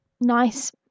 nice